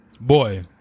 boy